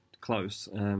close